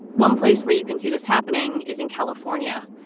one place where you can see this happening is in california.